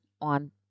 on